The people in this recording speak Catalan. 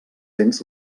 cents